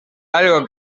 algo